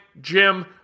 Jim